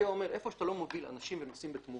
ה-ICAO אומר איפה שאתה לא מוביל אנשים ונוסעים בתמורה,